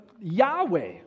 Yahweh